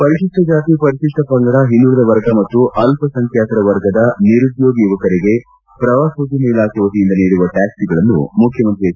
ಪರಿಶಿಷ್ಟ ಜಾತಿ ಪರಿಶಿಷ್ಟ ಪಂಗಡ ಹಿಂದುಳಿದ ವರ್ಗ ಮತ್ತು ಅಲ್ಪಸಂಖ್ಯಾತರ ವರ್ಗದ ನಿರುದ್ಯೋಗಿ ಯುವಕರಿಗೆ ಪ್ರವಾಸೋದ್ಯಮ ಇಲಾಖೆ ವತಿಯಿಂದ ನೀಡುವ ಟ್ಯಾಪ್ಲಗಳನ್ನು ಮುಖ್ಯಮಂತ್ರಿ ಎಚ್